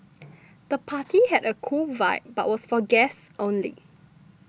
the party had a cool vibe but was for guests only